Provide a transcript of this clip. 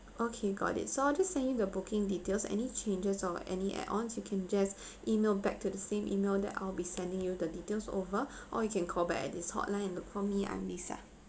okay got it so I'll just send you the booking details any changes or any add ons you can just email back to the same email that I'll be sending you the details over or you can call back at this hotline and look for me I'm lisa